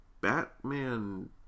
Batman